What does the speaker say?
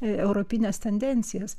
europines tendencijas